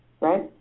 right